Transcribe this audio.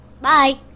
Bye